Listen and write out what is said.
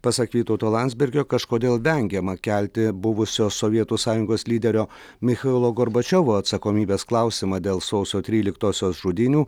pasak vytauto landsbergio kažkodėl vengiama kelti buvusio sovietų sąjungos lyderio michailo gorbačiovo atsakomybės klausimą dėl sausio tryliktosios žudynių